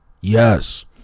Yes